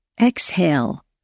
Exhale